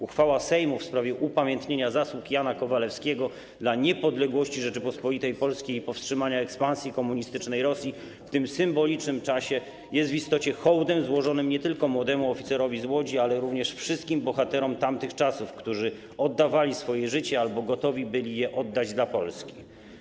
Uchwała Sejmu w sprawie upamiętnienia zasług Jana Kowalewskiego dla niepodległości Rzeczypospolitej Polskiej i powstrzymania ekspansji komunistycznej Rosji w tym symbolicznym czasie jest w istocie hołdem złożonym nie tylko młodemu oficerowi z Łodzi, ale również wszystkim bohaterom tamtych czasów, którzy oddawali swoje życie albo gotowi byli je oddać dla Polski.